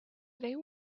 they